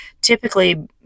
typically